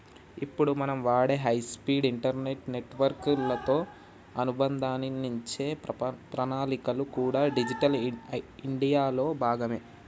ఇప్పుడు మనం వాడే హై స్పీడ్ ఇంటర్నెట్ నెట్వర్క్ లతో అనుసంధానించే ప్రణాళికలు కూడా డిజిటల్ ఇండియా లో భాగమే